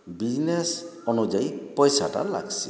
business ଅନୁଯାୟୀ ପଇସାଟା ଲାଗ୍ସି